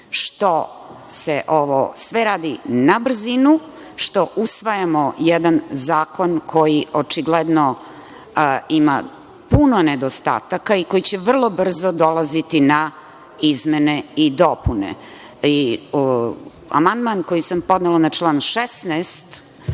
što se ovo sve radi na brzinu, što usvajamo jedan zakon koji očigledno ima puno nedostataka i koji će vrlo brzo dolaziti na izmene i dopune. Amandman koji sam podnela na član 16.